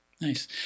Nice